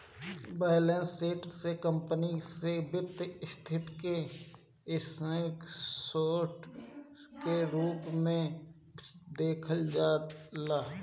balance sheet से company के वित्तीय स्थिति के स्नैप शोर्ट के रूप में भी देखल जाला